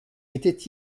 étaient